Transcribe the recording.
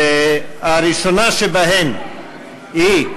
הראשונה שבהן היא: